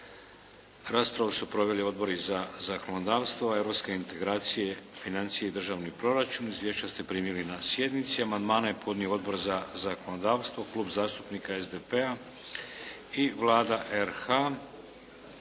Raspravu su proveli Odbori za zakonodavstvo, europske integracije, financije i državni proračun. Izvješća ste primili na sjednici. Amandmane je podnio Odbor za zakonodavstvo, Klub zastupnika SDP-a i Vlada RH.